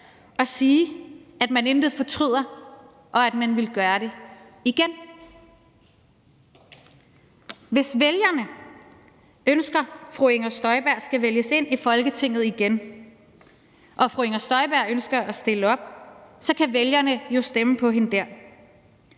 og siger, at hun intet fortryder, og at hun ville gøre det igen. Hvis vælgerne ønsker, at fru Inger Støjberg skal vælges ind i Folketinget igen, og fru Inger Støjberg ønsker at stille op, så kan vælgerne jo stemme på hende der,